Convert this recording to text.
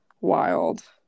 wild